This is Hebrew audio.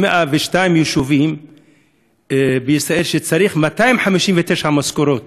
ב-102 יישובים בישראל צריך 259 משכורות.